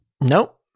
Nope